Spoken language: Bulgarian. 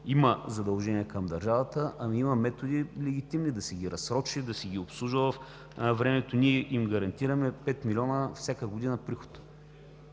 има задължения към държавата, ами има легитимни методи да си ги разсрочи, да си ги обслужва във времето. Ние им гарантираме 5 милиона всяка година приход.